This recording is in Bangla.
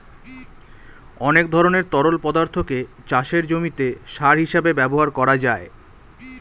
অনেক ধরনের তরল পদার্থকে চাষের জমিতে সার হিসেবে ব্যবহার করা যায়